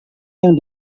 yang